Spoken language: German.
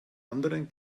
anderen